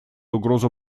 угрозу